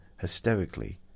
hysterically